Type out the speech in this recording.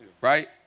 Right